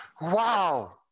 Wow